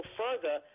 further